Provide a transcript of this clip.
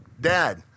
Dad